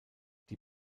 die